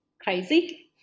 crazy